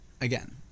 again